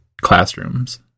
classrooms